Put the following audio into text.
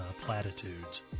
platitudes